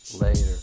Later